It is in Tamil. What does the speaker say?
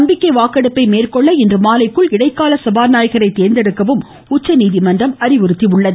நம்பிக்கை வாக்கெடுப்பை மேற்கொள்ள இன்று மாலைக்குள் இடைக்கால சபாநாயகரை தேர்ந்தெடுக்கவும் உச்சநீதிமன்றம் அறிவுறுத்தியுள்ளது